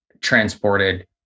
transported